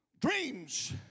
dreams